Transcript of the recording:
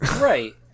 Right